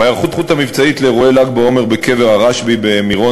בהיערכות המבצעית לאירועי ל"ג בעומר בקבר הרשב"י במירון